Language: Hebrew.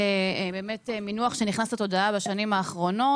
זה באמת מינוח שנכנס לתודעה בשנים האחרונות,